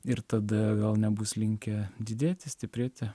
ir tada vėl nebus linkę didėti stiprėti